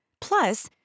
Plus